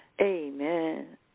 Amen